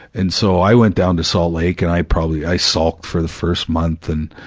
and so i went down to salt lake and i probably, i sulked for the first month, and,